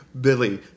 Billy